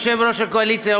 יושב-ראש הקואליציה,